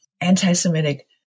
anti-Semitic